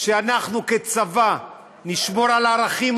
אנחנו כצבא נשמור על ערכים,